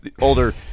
older